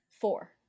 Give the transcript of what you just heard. four